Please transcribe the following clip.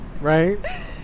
right